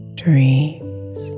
dreams